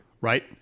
Right